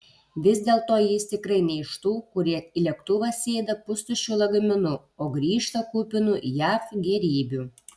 vis dėlto jis tikrai ne iš tų kurie į lėktuvą sėda pustuščiu lagaminu o grįžta kupinu jav gėrybių